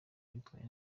bitwaye